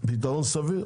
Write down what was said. פתרון סביר?